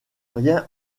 rien